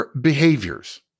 behaviors